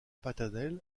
paternel